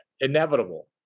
inevitable